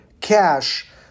cash